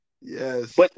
Yes